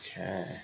Okay